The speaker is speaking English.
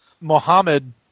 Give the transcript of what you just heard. Mohammed